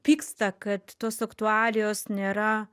pyksta kad tos aktualijos nėra